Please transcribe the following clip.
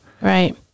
Right